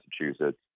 Massachusetts